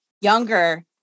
younger